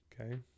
okay